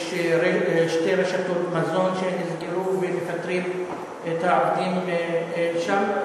שיש שתי רשתות מזון שנפגעו ומפטרים את העובדים שם?